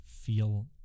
feel